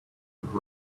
would